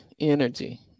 Energy